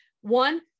One